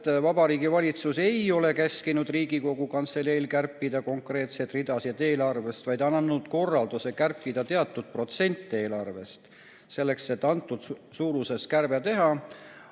et Vabariigi Valitsus ei ole käskinud Riigikogu Kantseleil kärpida konkreetseid ridasid eelarvest, vaid on antud korraldus kärpida teatud protsent eelarvest. Selleks et vajalikus suuruses kärbe teha,